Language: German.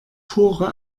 pure